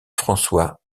françois